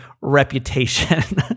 reputation